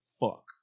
Fuck